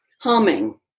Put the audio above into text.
humming